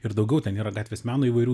ir daugiau ten yra gatvės meno įvairių